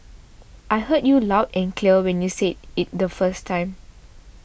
I heard you loud and clear when you said it the first time